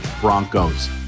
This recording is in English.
Broncos